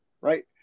right